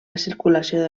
circulació